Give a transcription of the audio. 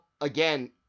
again